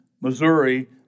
Missouri